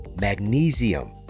magnesium